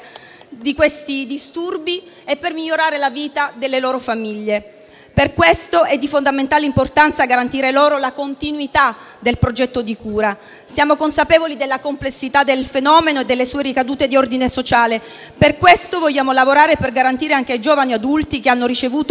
di questi disturbi e per migliorare la vita delle loro famiglie. Per questo è di fondamentale importanza garantire loro la continuità del progetto di cura. Siamo consapevoli della complessità del fenomeno e delle sue ricadute di ordine sociale, per questo vogliamo lavorare per garantire anche ai giovani adulti che hanno ricevuto